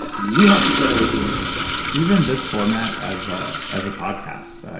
you have to generate the image yourself even this format as ah as a podcast,